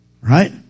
right